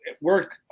Work